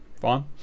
fine